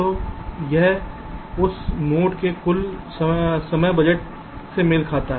तो यह उस नोड के कुल समय बजट से मेल खाता है